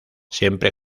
siempre